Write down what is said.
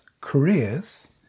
careers